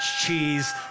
cheese